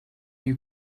you